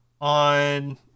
on